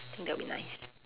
I think that'll be nice